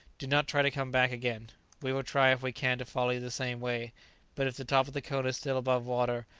do not try to come back again we will try, if we can, to follow you the same way but if the top of the cone is still above water,